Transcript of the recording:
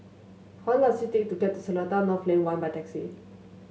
how long does it take to get to Seletar North Lane One by taxi